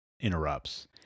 interrupts